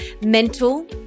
mental